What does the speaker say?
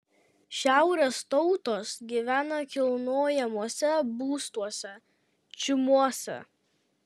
šiaurės tautos gyvena kilnojamuose būstuose čiumuose